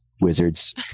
wizards